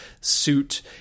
suit